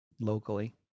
locally